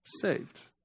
saved